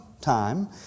time